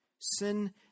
Sin